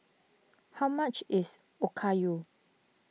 how much is Okayu